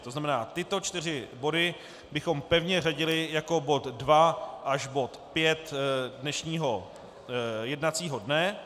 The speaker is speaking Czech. To znamená, ty to čtyři body bychom pevně řadili jako bod 2 až bod 5 dnešního jednacího dne.